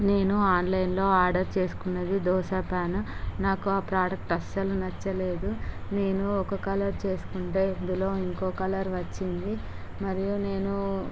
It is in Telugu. నేను ఆన్లైన్లో ఆర్డర్ చేసుకున్నది దోశ పాను నాకు ఆ ప్రోడక్ట్ అస్సలు నచ్చలేదు నేను ఒక కలర్ చేసుకుంటే ఇందులో ఒక కలర్ వచ్చింది మరియు నేను